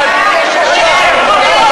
תשתוק.